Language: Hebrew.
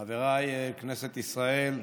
חבריי, כנסת ישראל,